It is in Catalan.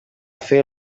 fer